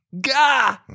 Gah